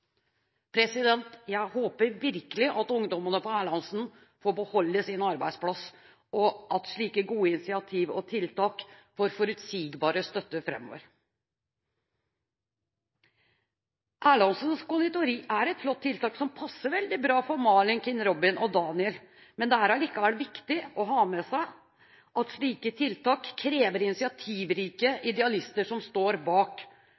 Jeg håper virkelig at ungdommene på Erlandsen får beholde sin arbeidsplass, og at slike gode initiativ og tiltak får forutsigbar støtte framover. Erlandsens Conditori er et flott tiltak som passer veldig bra for Malin, Kim Robin og Daniel, men det er likevel viktig å ha med seg at slike tiltak krever initiativrike idealister som står bak.